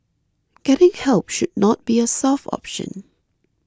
getting help should not be a soft option